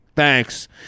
Thanks